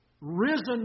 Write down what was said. risen